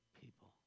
people